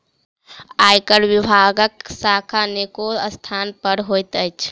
आयकर विभागक शाखा अनेको स्थान पर होइत अछि